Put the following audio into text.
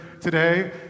today